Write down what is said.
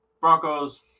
Broncos